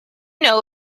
know